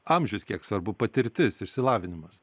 amžius kiek svarbu patirtis išsilavinimas